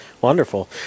Wonderful